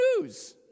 news